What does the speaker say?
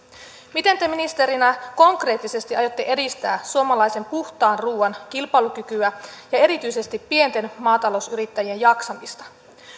miten te ministerinä konkreettisesti aiotte edistää suomalaisen puhtaan ruuan kilpailukykyä ja erityisesti pienten maata lousyrittäjien jaksamista